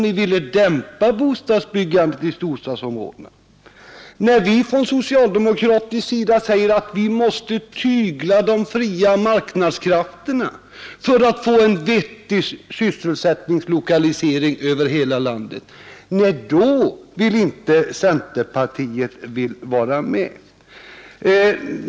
Ni ville dämpa bostadsbyggandet i storstäderna. När vi från socialdemokratisk sida säger att vi måste tygla de fria marknadskrafterna för att få en vettig sysselsättningslokalisering över hela landet, då vill inte centerpartiet vara med.